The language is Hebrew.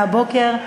מהבוקר,